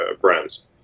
brands